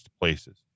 places